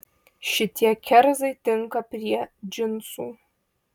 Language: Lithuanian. šitie kerzai tinka prie džinsų